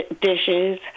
dishes